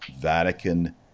Vatican